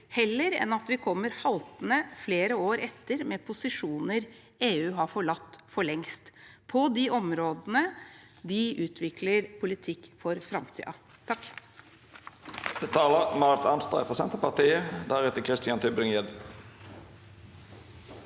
heller enn at vi kommer haltende flere år etter med posisjoner EU for lengst har forlatt på de områdene der de utvikler politikk for framtiden. Marit